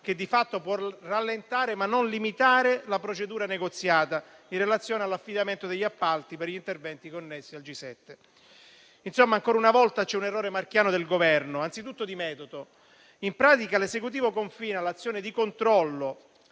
che di fatto può rallentare ma non limitare la procedura negoziata in relazione all'affidamento degli appalti per gli interventi connessi al G7. Insomma, ancora una volta c'è un errore marchiano del Governo, anzitutto di metodo: in pratica, l'Esecutivo pone stretti confini all'azione di controllo